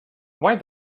why